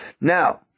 Now